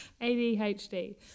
ADHD